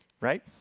Right